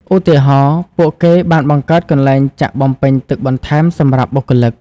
ឧទាហរណ៍ ពួកគេបានបង្កើតកន្លែងចាក់បំពេញទឹកបន្ថែមសម្រាប់បុគ្គលិក។